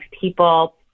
people